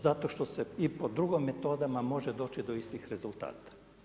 Zato što se i po drugim metodama može doći i do istih rezultata.